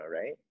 right